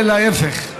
ולהפך.